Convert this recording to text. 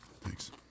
thanks